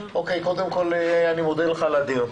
אני מודה לך על הדיון.